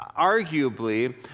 Arguably